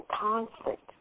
conflict